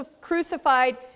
crucified